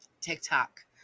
TikTok